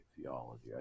theology